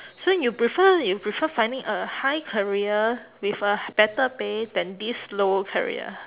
so you prefer you prefer finding a high career with a better pay than this low career